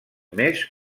més